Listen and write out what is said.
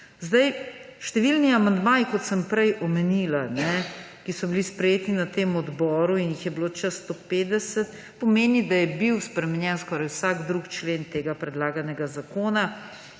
naprej. Številni amandmaji, kot sem prej omenila, so bili sprejeti na tem odboru in jih je bilo čez 150, kar pomeni, da je bil spremenjen skoraj vsak drugi člen tega predlaganega zakona.